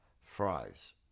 Fries